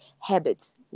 habits